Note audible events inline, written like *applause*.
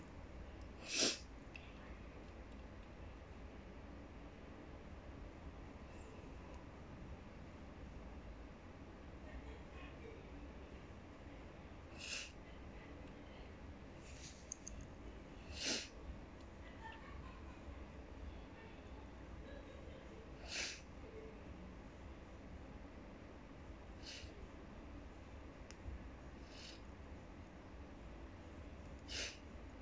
*breath*